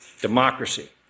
democracy